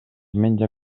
menja